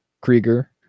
Krieger